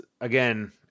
again